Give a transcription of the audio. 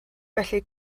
felly